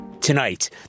Tonight